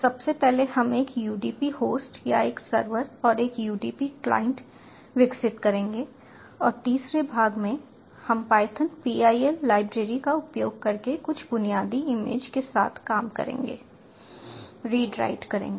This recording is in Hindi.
सबसे पहले हम एक udp होस्ट या एक सर्वर और एक udp क्लाइंट विकसित करेंगे और तीसरे भाग में हम पायथन PIL लाइब्रेरी का उपयोग करके कुछ बुनियादी इमेज के साथ काम करेंगे रीड राइट करेंगे